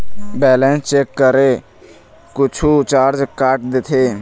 Balance check करें कुछू charge काट देथे?